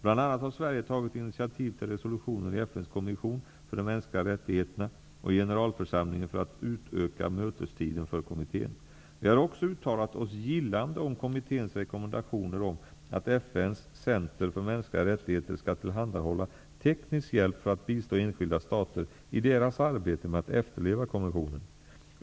Bl.a. har Sverige tagit initiativ till resolutioner i FN:s kommission för de mänskliga rättigheterna och i generalförsamlingen för att utöka mötestiden för kommittén. Vi har också uttalat oss gillande om kommitténs rekommendationer om att FN:s center för mänskliga rättigheter skall tillhandahålla teknisk hjälp för att bistå enskilda stater i deras arbete med att efterleva konventionen.